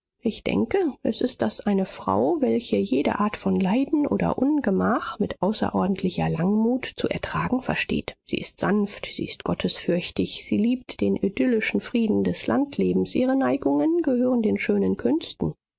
ich denke es ist das eine frau welche jede art von leiden oder ungemach mit außerordentlicher langmut zu ertragen versteht sie ist sanft sie ist gottesfürchtig sie liebt den idyllischen frieden des landlebens ihre neigungen gehören den schönen künsten